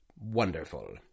wonderful